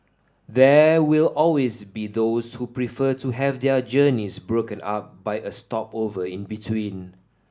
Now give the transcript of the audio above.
there will always be those who prefer to have their journeys broken up by a stopover in between